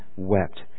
wept